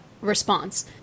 response